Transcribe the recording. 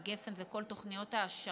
הגפ"ן זה כל תוכניות ההעשרה.